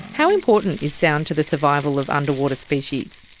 how important is sound to the survival of underwater species?